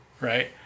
Right